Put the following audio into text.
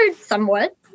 somewhat